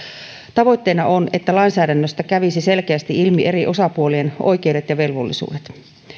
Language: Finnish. tavoitteena on että lainsäädännöstä kävisivät selkeästi ilmi eri osapuolien oikeudet ja velvollisuudet